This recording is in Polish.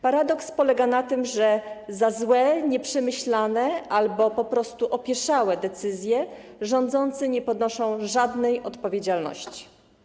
Paradoks polega na tym, za złe, nieprzemyślane albo po prostu opieszałe decyzje rządzący nie ponoszą żadnej odpowiedzialności.